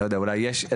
לא יודע אולי יש.